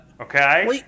Okay